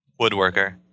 Woodworker